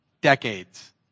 decades